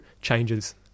changes